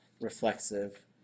reflexive